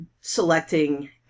selecting